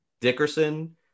Dickerson